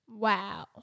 Wow